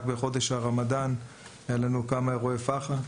רק בחודש הרמדאן היו לנו כמה אירועי פח"ע.